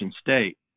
state